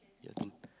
ya I think